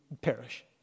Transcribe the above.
Perish